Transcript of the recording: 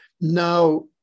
Now